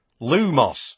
Lumos